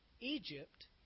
Egypt